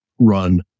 run